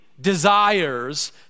desires